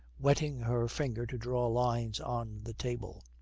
wetting her finger to draw lines on the table.